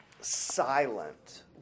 silent